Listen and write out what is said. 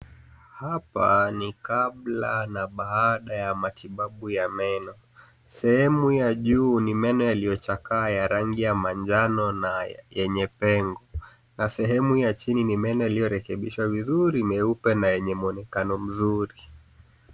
Hapa ni kabla na baada ya matibabu ya meno. Sehemu ya juu ni meno yaliyochakaa ya rangi ya manjano na yenye pengo na sehemu ya chini ni meno yaliyorekebishwa vizuri, meupe na yenye mwonekano mzuri.